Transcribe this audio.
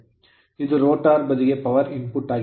ಇದು rotor rotor ಬದಿಗೆ power input ಆಗಿದೆ